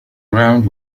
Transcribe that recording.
round